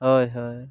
ᱦᱳᱭ ᱦᱳᱭ